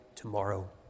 Tomorrow